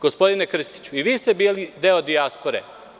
Gospodine Krstiću, i vi ste bili deo dijaspore.